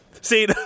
See